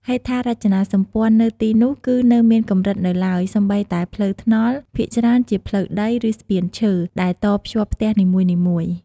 ហេដ្ឋារចនាសម្ព័ន្ធ នៅទីនោះគឺនៅមានកម្រិតនៅឡើយ សូម្បីតែផ្លូវថ្នល់ ភាគច្រើនជាផ្លូវដី ឬស្ពានឈើ ដែលតភ្ជាប់ផ្ទះនីមួយៗ។